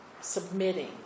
submitting